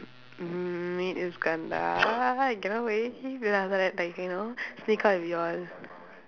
mm meet iskandar I cannot wait like you know sneak out with you all